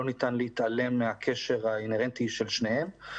לא ניתן להתעלם מהקשר האינהרנטי של שניהם.